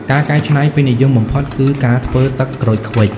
ការកែច្នៃពេញនិយមបំផុតគឺការធ្វើ ទឹកក្រូចឃ្វិច។